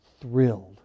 thrilled